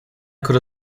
could